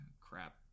crap